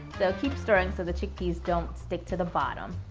so keep stirring so the chickpeas don't stick to the bottom.